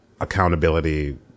accountability